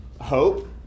hope